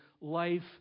life